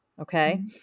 okay